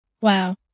Wow